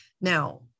Now